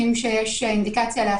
בכל